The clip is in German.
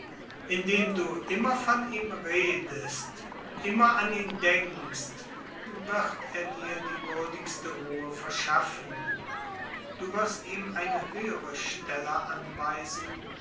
indem du immer von ihm redest immer an ihn denkst wird er dir die würdigste ruhe verschaffen du wirst ihm eine höhere stelle anweisen